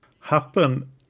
happen